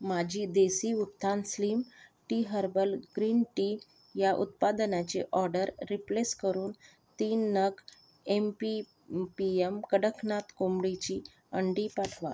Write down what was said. माझी देसी उत्थान slim tea herbal green tea या उत्पादनाची ऑर्डर रिप्लेस करून तीन नग M P P M Kadaknath कोंबडीची अंडी पाठवा